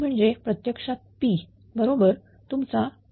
म्हणजे प्रत्यक्षात p बरोबर तुमचा PL